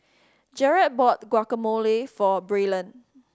Jerod bought Guacamole for Braylon